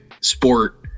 sport